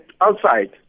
outside